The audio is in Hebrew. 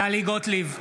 טלי גוטליב,